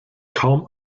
kaum